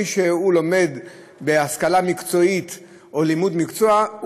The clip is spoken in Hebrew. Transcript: מי שלומד בהשכלה מקצועית או לימוד מקצוע,